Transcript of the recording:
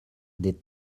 des